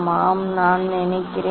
ஆம் நான் நினைக்கிறேன்